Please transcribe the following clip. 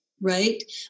Right